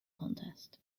contest